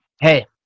hey